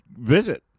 visit